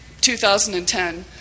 2010